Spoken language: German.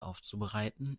aufzubereiten